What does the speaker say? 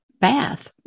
bath